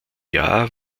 jahr